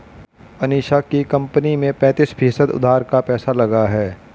अनीशा की कंपनी में पैंतीस फीसद उधार का पैसा लगा है